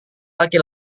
laki